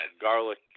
garlic